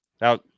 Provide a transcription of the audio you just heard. Now